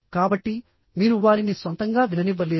కాబట్టి మీరు వారిని సొంతంగా విననివ్వలేరు